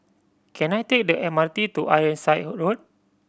can I take the M R T to Ironside Road